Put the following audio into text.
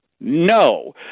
No